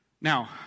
Now